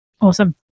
Awesome